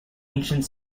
ancient